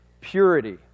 purity